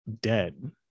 dead